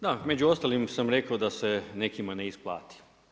Da, među ostalim sam rekao da se nekim ne isplati.